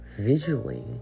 visually